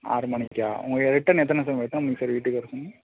ஆறு மணிக்கா உங்களுக்கு ரிட்டர்ன் எத்தனை சார் எத்தனை மணிக்கு சார் வீட்டுக்கு வர சொன்னீங்க